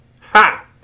Ha